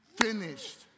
finished